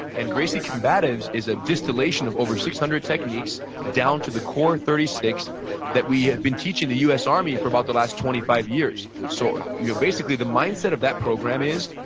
and gracie combatives is a distillation of over six hundred techniques down to the core thirty six that we have been teaching the us army for about the last twenty five years so you know basically the mindset of that program is,